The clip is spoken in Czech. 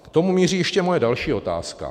K tomu míří ještě moje další otázka.